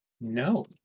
No